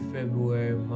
February